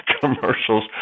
commercials